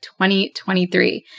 2023